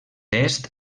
est